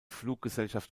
fluggesellschaft